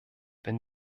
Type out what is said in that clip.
wenn